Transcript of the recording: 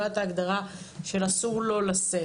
לא הייתה את ההגדרה שאסור לו לשאת,